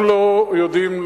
אנחנו לא יודעים,